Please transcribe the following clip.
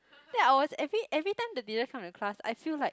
that I was every every time the teacher come in class I feel like